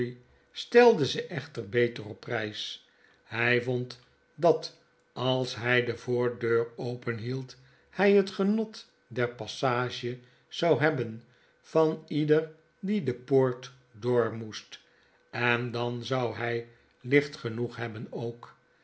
stelde ze echter beter op prys hp vond dat als hy de voordeur openhield hy het genot der passage zou hebben van ieder die de poort door moest en dan zou hjj licht genoeg hebben ook